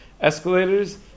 escalators